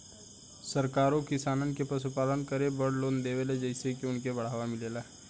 सरकारो किसानन के पशुपालन करे बड़ लोन देवेले जेइसे की उनके बढ़ावा मिलेला